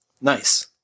Nice